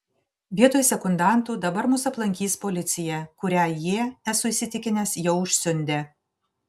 vietoj sekundantų dabar mus aplankys policija kurią jie esu įsitikinęs jau užsiundė